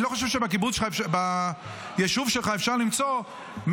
אני לא חושב שביישוב שלך אפשר למצוא 100